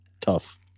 tough